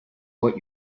what